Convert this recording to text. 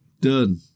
Done